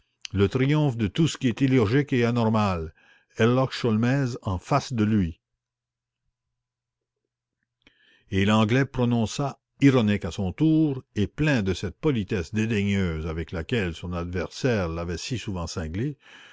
le triomphe de tout ce qui est illogique et anormal herlock sholmès en face de lui et l'anglais prononça ironique à son tour et plein de cette politesse dédaigneuse avèc laquelle son adversaire l'avait si souvent cinglé